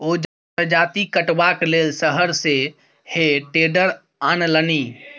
ओ जजाति कटबाक लेल शहर सँ हे टेडर आनलनि